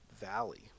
valley